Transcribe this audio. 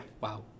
wow